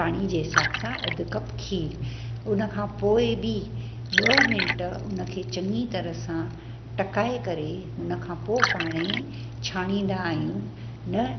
पाणी जे हिसाब सां अधि कप खीरु हुन खां पोइ बि ॿ मिंट हुनखे चङी तरह सां टकाए करे हुन खां पोइ पाणे छाणींदा आहियूं न